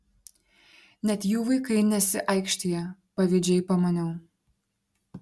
net jų vaikai nesiaikštija pavydžiai pamaniau